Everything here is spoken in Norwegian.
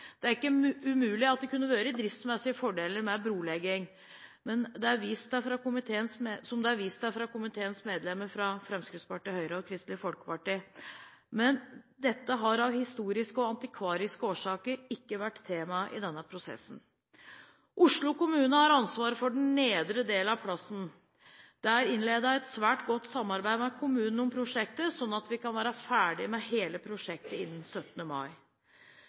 Det er ikke umulig at det kunne vært driftsmessige fordeler med brolegging, som det er vist til fra komiteens medlemmer fra Fremskrittspartiet, Høyre og Kristelig Folkeparti. Men dette har av historiske og antikvariske årsaker ikke vært tema i denne prosessen. Oslo kommune har ansvaret for den nedre delen av plassen. Det er innledet et svært godt samarbeid med kommunen om prosjektet, slik at vi kan være ferdig med hele prosjektet innen 17. mai